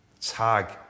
tag